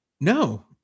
No